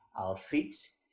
outfits